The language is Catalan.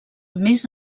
més